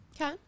Okay